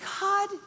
god